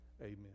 Amen